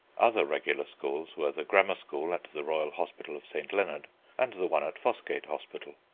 other regular schools were the grammar school at the royal hospital of st. leonard and the one at fossgate hospital.